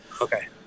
okay